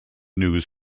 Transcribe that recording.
news